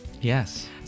Yes